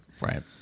Right